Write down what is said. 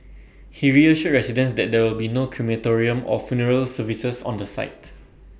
he reassured residents that there will be no crematorium or funeral services on the site